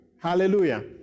Hallelujah